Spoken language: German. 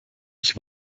ich